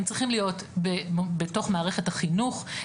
הם צריכים להיות בתוך מערכת החינוך,